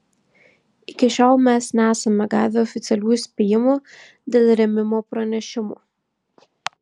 iki šiol mes nesame gavę oficialių įspėjimų dėl rėmimo pranešimų